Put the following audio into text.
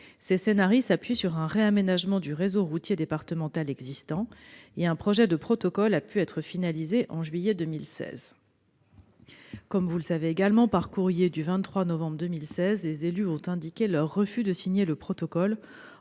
Ces scenarii s'appuient sur un réaménagement du réseau routier départemental existant, et un projet de protocole a pu être finalisé en juillet 2016. Comme vous le savez également, dans un courrier du 23 novembre de la même année, les élus ont signifié leur refus de signer ce protocole,